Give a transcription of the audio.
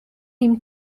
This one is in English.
him